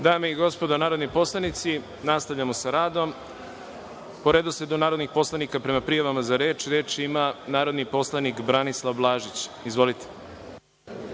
Dame i gospodo narodni poslanici, nastavljamo sa radom. Po redosledu narodnih poslanika, prema prijavama za reč, reč ima narodni poslanik Branislav Blažić. Izvolite.